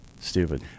stupid